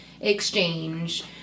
exchange